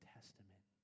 Testament